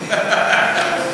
תן לו.